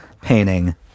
painting